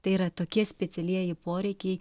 tai yra tokie specialieji poreikiai